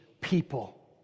people